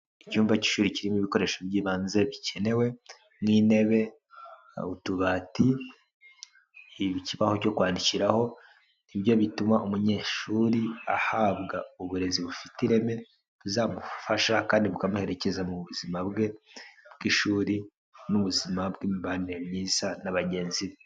Icyumba cy'ishuri kirimo ibikoresho by'ibanze bikenewe nk'intebe, utubati, ikibaho cyo kwandikiraho, ni byo bituma umunyeshuri ahabwa uburezi bufite ireme, buzamufasha kandi bukamuherekeza mu buzima bwe bw'ishuri n'ubuzima bw'imibanire myiza na bagenzi be.